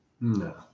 no